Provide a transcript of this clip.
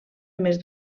més